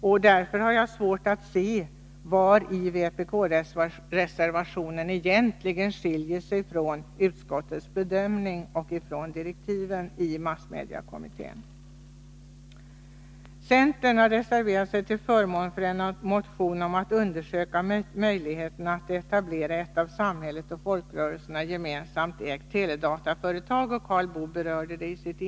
Jag har därför svårt att se vari vpk-reservationen egentligen skiljer sig från utskottets bedömning och från direktiven till massmediekommittén. Centern har reserverat sig till förmån för en motion om att undersöka möjligheterna att etablera ett av samhället och folkrörelserna gemensamt ägt teledataföretag — Karl Boo berörde detta.